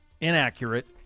inaccurate